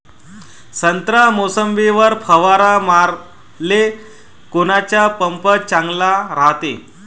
संत्रा, मोसंबीवर फवारा माराले कोनचा पंप चांगला रायते?